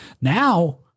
now